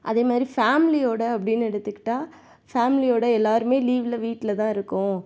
அதேமாதிரி ஃபேமிலியோட அப்படின்னு எடுத்துக்கிட்டால் ஃபேமிலியோட எல்லாருமே லீவில் வீட்டில் தான் இருக்கோம்